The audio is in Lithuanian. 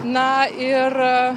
na ir